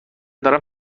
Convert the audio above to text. دارم